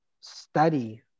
study